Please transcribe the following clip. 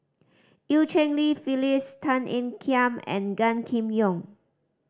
Eu Cheng Li Phyllis Tan Ean Kiam and Gan Kim Yong